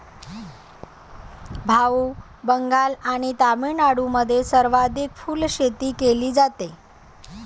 भाऊ, बंगाल आणि तामिळनाडूमध्ये सर्वाधिक फुलशेती केली जाते